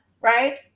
right